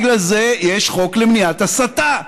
בגלל זה יש חוק למניעת הסתה.